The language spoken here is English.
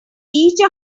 each